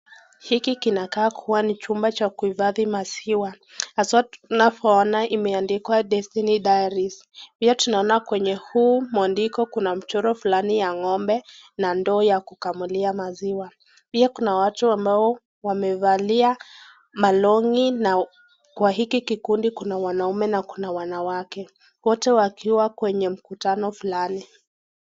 Hiki kina kaa kuwa ni chumba cha kuhifadhi maziwa. Haswa tunavyoona imeandikwa Destiny Diaries. Pia tunaona kwenye huu mwandiko kuna mchoro fulani ya ng'ombe na ndoo ya kukamulia maziwa. Pia kuna watu ambao wamevalia malongi na kwa hiki kikundi kuna wanaume na kuna wanawake. Wote wakiwa kwenye mkutano fulani.